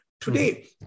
Today